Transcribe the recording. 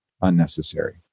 unnecessary